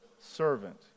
servant